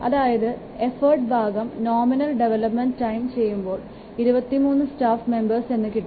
അതായത് എഫർട്ട് ഭാഗം nominal development time ചെയ്യുമ്പോൾ 23 സ്റ്റാഫ് മെമ്പേഴ്സ് എന്ന് കിട്ടും